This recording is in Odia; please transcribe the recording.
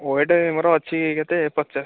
ୱେଟ୍ ମୋର ଅଛି କେତେ ପଚାଶ୍